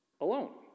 alone